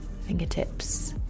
fingertips